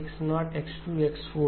X0X2 X4